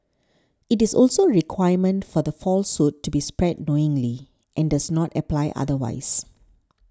it is also a requirement for the falsehood to be spread knowingly and does not apply otherwise